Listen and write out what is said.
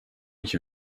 iki